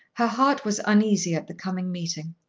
her heart was uneasy at the coming meeting.